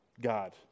God